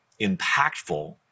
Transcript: impactful